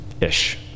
ish